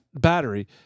battery